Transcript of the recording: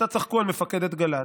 קצת צחקו על מפקדת גל"צ.